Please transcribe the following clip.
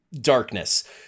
darkness